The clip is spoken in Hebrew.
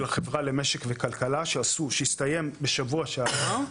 החברה למשק וכלכלה שהסתיים בשבוע שעבר.